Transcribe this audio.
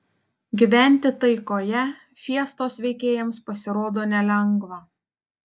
gyventi taikoje fiestos veikėjams pasirodo nelengva